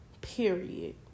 Period